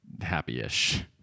happy-ish